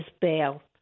bail